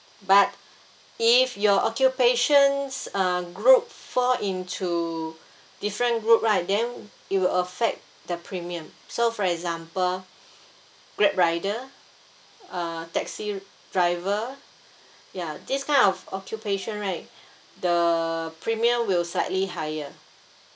but if your occupation's uh group fall into different group right then it will affect the premium so for example grab rider uh taxi driver ya this kind of occupation right the premium will slightly higher